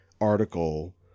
article